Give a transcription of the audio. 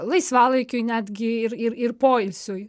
laisvalaikiui netgi ir ir ir poilsiui